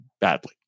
badly